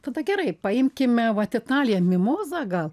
tada gerai paimkime vat italiją mimozą gal